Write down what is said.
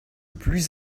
plus